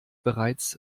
bereits